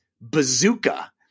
bazooka